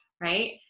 right